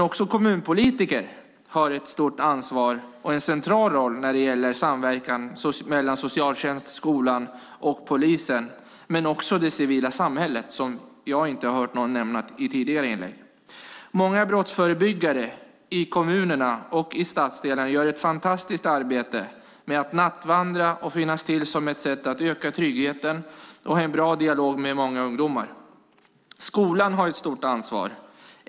Också kommunpolitiker har ett stort ansvar och en central roll när det gäller samverkan mellan socialtjänsten, skolan och polisen - och det civila samhället, som jag inte har hört någon nämna i tidigare inlägg. Många brottsförebyggare i kommunerna och i stadsdelarna gör ett fantastiskt arbete med att nattvandra och finnas till som ett sätt att öka tryggheten och hålla en bra dialog med många ungdomar. Skolan har ett stort ansvar.